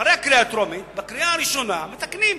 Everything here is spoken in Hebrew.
ואחרי הקריאה הטרומית, בקריאה הראשונה, מתקנים.